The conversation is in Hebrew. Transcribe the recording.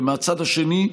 ומהצד השני,